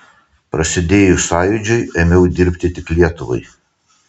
prasidėjus sąjūdžiui ėmiau dirbti tik lietuvai